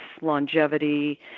longevity